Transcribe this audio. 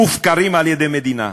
מופקרים על-ידי מדינה.